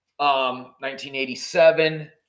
1987